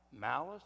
malice